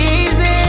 easy